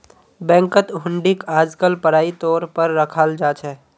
बैंकत हुंडीक आजकल पढ़ाई तौर पर रखाल जा छे